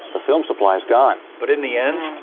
the film supply is gone. but in the end,